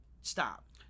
Stop